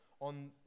on